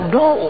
no